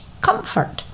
Comfort